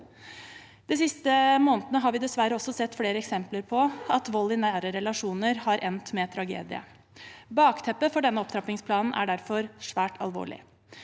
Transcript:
De siste månedene har vi dessverre også sett flere eksempler på at vold i nære relasjoner har endt med tragedie. Bakteppet for denne opptrappingsplanen er derfor svært alvorlig.